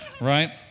right